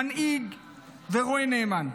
מנהיג ורועה נאמן.